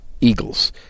Eagles